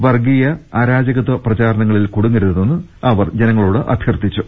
വർഗീയ അരാജകത്വ പ്രചാരണങ്ങളിൽ കുടുങ്ങരുതെന്ന് അവർ ജനങ്ങളോട് അഭ്യർത്ഥിച്ചു